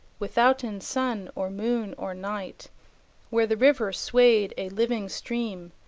withouten sun, or moon, or night where the river swayed a living stream,